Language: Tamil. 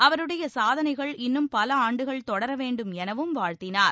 அவருடைய சாதனைகள் இன்னும் பல ஆன்டுகள் தொடர வேண்டும் எனவும் வாழ்த்தினார்